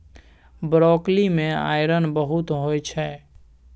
broccoli मे iron बहुत होइ छै